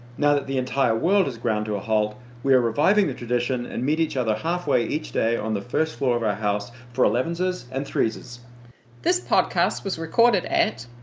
now that the entire world has ground to a halt, we are reviving the tradition and meet each other halfway each day on the first floor of our house for elevenses and threeses this podcast was recorded at.